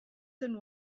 than